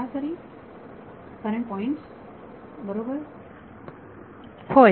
विद्यार्थी सरासरी कारण पॉईंट्सRefer Time 2353 बरोबर होय